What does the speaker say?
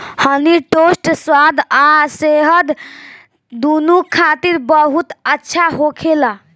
हनी toast स्वाद आ सेहत दूनो खातिर बहुत अच्छा होखेला